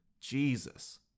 Jesus